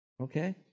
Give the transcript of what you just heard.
Okay